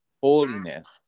holiness